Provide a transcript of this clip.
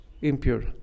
impure